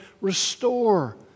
restore